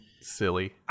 silly